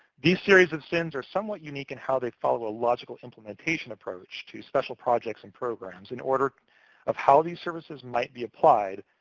these series of sin's are somewhat unique in how they follow a logical implementation approach to special projects and programs in order of how these services might be applied,